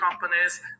companies